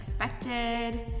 unexpected